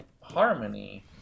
harmony